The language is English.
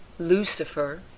Lucifer